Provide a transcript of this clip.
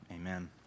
amen